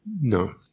no